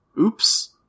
Oops